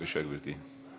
בבקשה, גברתי.